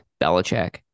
Belichick